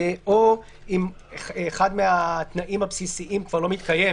או אם אחד מהתנאים הבסיסים כבר לא מתקיים,